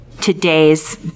today's